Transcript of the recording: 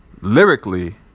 lyrically